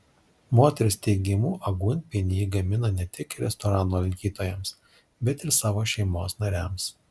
moters teigimu aguonpienį ji gamina ne tik restorano lankytojams bet ir savo šeimos nariams